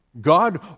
God